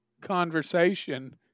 conversation